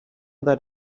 that